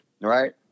Right